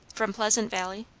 from pleasant valley?